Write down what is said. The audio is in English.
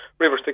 Riverstick